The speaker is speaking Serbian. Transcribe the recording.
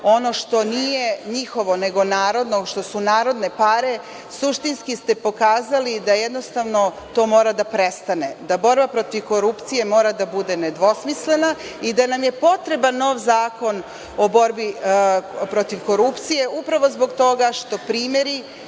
ono što nije njihovo, nego narodno, što su narodne pare, suštinski ste pokazali da jednostavno to mora da prestane, da borba protiv korupcije mora da bude nedvosmislena i da nam je potreban nov Zakon o borbi protiv korupcije upravo zbog toga što primeri